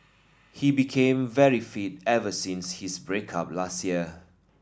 he became very fit ever since his break up last year